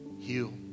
heal